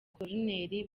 koruneri